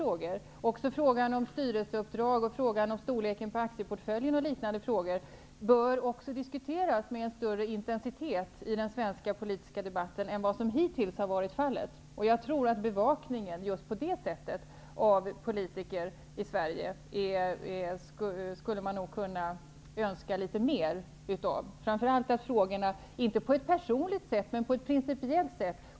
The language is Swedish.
Även frågan om styrelseuppdrag och frågan om storleken på aktieportföljen och liknande frågor bör diskuteras med större intensitet i den svenska politiska debatten än vad som hittills har varit fallet. Jag tror att litet mer bevakning just på detta sätt av politiker i Sverige vore önskvärt, framför allt att frågorna kommer upp till diskussion, inte på ett personligt sätt utan på ett principiellt sätt.